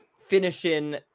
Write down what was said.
finishing